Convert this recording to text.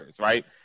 right